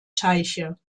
teiche